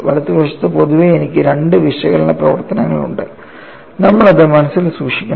വലതുവശത്ത് പൊതുവേ എനിക്ക് രണ്ട് വിശകലന പ്രവർത്തനങ്ങൾ ഉണ്ട് നമ്മൾ അത് മനസ്സിൽ സൂക്ഷിക്കണം